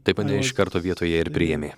taip pat ne iš karto vietoje ir priėmė